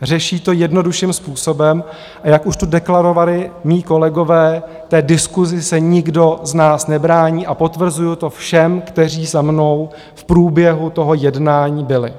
Řeší to jednodušším způsobem, a jak už tu deklarovali mí kolegové, té diskusi se nikdo z nás nebrání, a potvrzuji to všem, kteří za mnou v průběhu toho jednání byli.